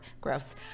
gross